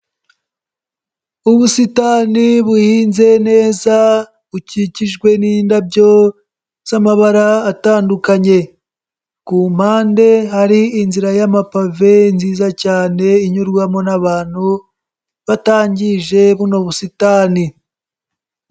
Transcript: Ubusitani buhinze neza bukikijwe n'indabyo z'amabara atandukanye, ku mpande hari inzira y'amapave nziza cyane inyurwamo n'abantu batangije buno busitani.